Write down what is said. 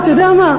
אתה יודע מה,